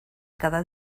cada